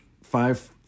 five